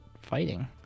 fighting